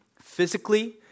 physically